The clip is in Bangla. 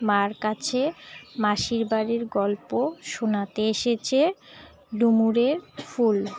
মার কাছে মাসির বাাড়ির গল্প শোনাতে এসেছে ডুমুরের ফুল